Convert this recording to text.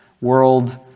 world